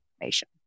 information